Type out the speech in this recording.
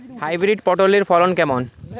Hybrid পটলের ফলন কেমন?